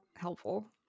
helpful